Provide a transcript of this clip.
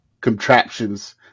contraptions